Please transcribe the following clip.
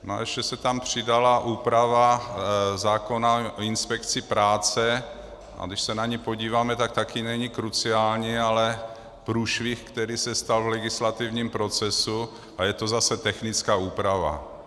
A ještě se tam přidala úprava zákona o inspekci práce, a když se na ni podíváme, tak taky není kruciální, ale průšvih, který se stal v legislativním procesu, a je to zase technická úprava.